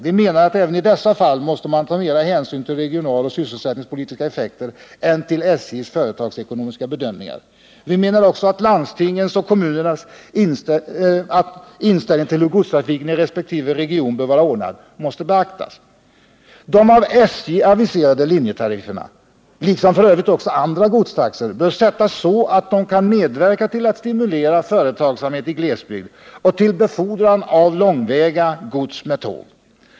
Vi menar att även i dessa fall måste man ta mera hänsyn till regionaloch sysselsättningspolitiska effekter än till SJ:s företagsekonomiska bedömningar. Vi menar också att landstingens och kommunernas inställning till hur godstrafiken i resp. region bör vara ordnad måste beaktas. De av SJ aviserade linjetarifferna —liksom f. ö. också andra godstaxor — bör sättas så att de kan medverka till att stimulera företagsamhet i glesbygd och till befordran av långväga gods med tåg.